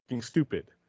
stupid